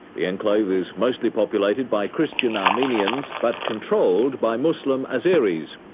the enclave is mostly populated by christian armenians but controlled by muslim azeris.